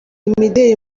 imideli